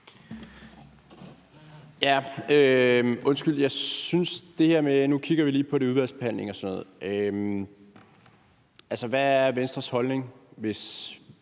vil gerne spørge til det her med, at nu kigger vi lige på det i udvalgsbehandlingen og sådan noget. Hvad er Venstres holdning, hvis